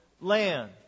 land